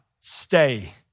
stay